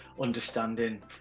understanding